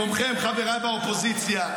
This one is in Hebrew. חבריי מהאופוזיציה,